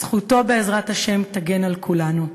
זכותו, בעזרת השם, תגן על כולנו.